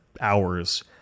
hours